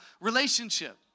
relationship